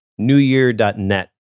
newyear.net